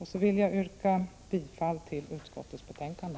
Jag vill yrka bifall till hemställan i utskottets betänkande.